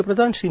पंतप्रधान श्री